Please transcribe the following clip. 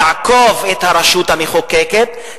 תעקוף את הרשות המחוקקת,